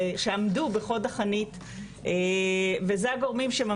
או יותר נכון שעמדו בחוד החנית ואלו הגורמים שפשוט